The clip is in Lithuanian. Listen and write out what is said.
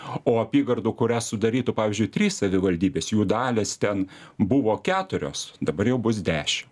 o apygardų kurią sudarytų pavyzdžiui trys savivaldybės jų dalys ten buvo keturios dabar jau bus dešim